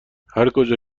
هرکجا